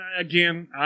Again